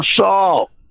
assault